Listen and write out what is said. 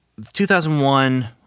2001